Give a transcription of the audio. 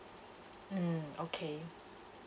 mm okay